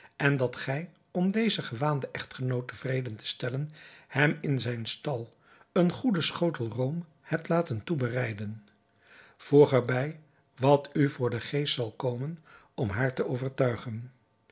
en dat gij om dezen gewaanden echtgenoot te vreden te stellen hem in zijn stal een goeden schotel room hebt laten toebereiden voeg er bij wat u voor den geest zal komen om haar te overtuigen